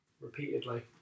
repeatedly